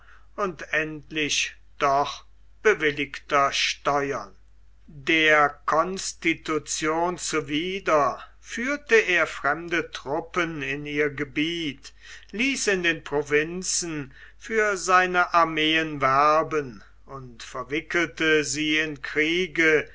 und endlich doch bewilligter steuern der constitution zuwider führte er fremde truppen in ihr gebiet ließ in den provinzen für seine armeen werben und verwickelte sie in kriege